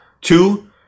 two